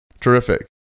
terrific